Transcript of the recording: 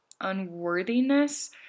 unworthiness